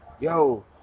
yo